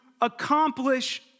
accomplish